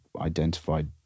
identified